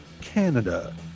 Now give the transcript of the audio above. Canada